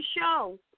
show